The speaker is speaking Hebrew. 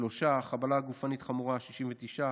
שלושה, חבלה גופנית חמורה, 69,